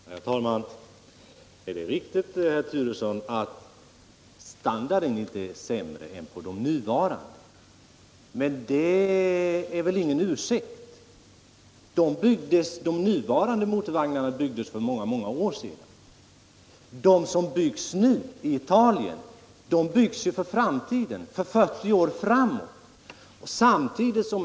Herr talman! Det är riktigt, herr Turesson, att standarden på de nya vagnarna inte är sämre än på de nuvarande. Men det är väl ingen ursäkt! De nuvarande motorvagnarna byggdes för många år sedan. De som nu byggs i Italien skall användas 40 år framåt i tiden.